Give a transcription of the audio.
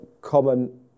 common